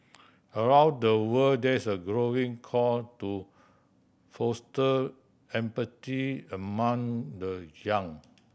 around the world there is a growing call to foster empathy among the young